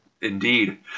Indeed